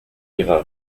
ihrer